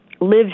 lives